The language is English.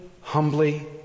humbly